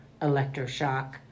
electroshock